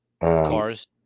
Cars